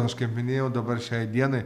aš kaip minėjau dabar šiai dienai